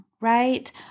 Right